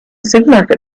supermarket